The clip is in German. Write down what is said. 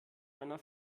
einer